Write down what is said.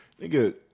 Nigga